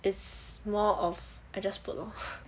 it's more of I just put lor